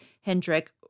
Hendrik